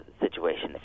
situation